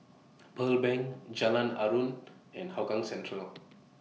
Pearl Bank Jalan Aruan and Hougang Central